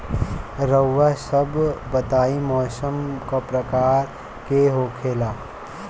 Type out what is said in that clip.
रउआ सभ बताई मौसम क प्रकार के होखेला?